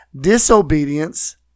Disobedience